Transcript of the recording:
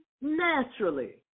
naturally